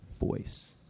Voice